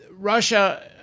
Russia